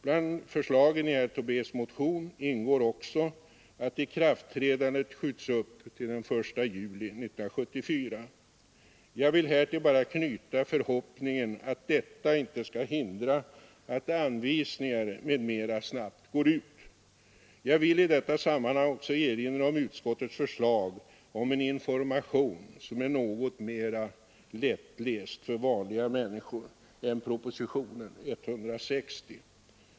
Bland förslagen i herr Tobés motion ingår också att ikraftträdandet skjuts upp till den 1 juli 1974. Jag vill härtill bara knyta förhoppningen, att detta inte skall hindra att anvisningar m.m. snabbt går ut. Jag vill i detta sammanhang också erinra om utskottets förslag om en information, som är något mera lättläst för vanliga människor än propositionen 160.